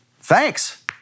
Thanks